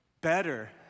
Better